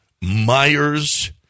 Myers